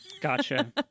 Gotcha